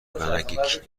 ونک